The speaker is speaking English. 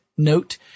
Note